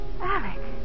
Alec